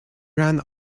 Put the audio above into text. ran